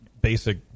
basic